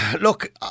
look